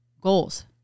goals